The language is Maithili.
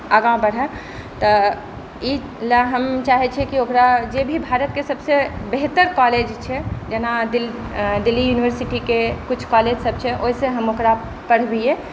आगाँ बढ़ै तऽ एहिलए हम चाहै छिए कि ओकरा जे भी भारतके सबसँ बेहतर कॉलेज छै जेना दिल्ली यूनिवर्सिटीके किछु कॉलेजसब छै ओहिसँ हम ओकरा पढ़बिए